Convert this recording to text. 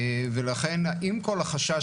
ולכן עם כל החשש,